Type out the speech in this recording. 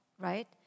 right